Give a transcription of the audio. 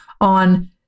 on